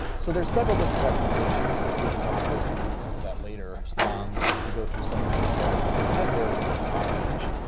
so there's several different recommendations and i think we could probably post some links to that later um to to go through some of the details because it does vary a little bit by age.